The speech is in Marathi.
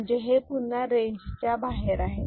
म्हणजे हे पुन्हा रेंजच्या बाहेर आहे